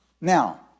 Now